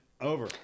Over